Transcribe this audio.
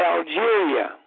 Algeria